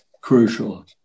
crucial